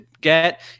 Get